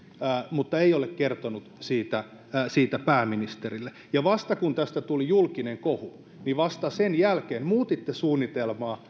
mutta ei ole kertonut siitä siitä pääministerille ja vasta kun tästä tuli julkinen kohu vasta sen jälkeen muutitte suunnitelmaa